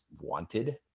wanted